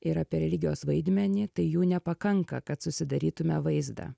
ir apie religijos vaidmenį tai jų nepakanka kad susidarytume vaizdą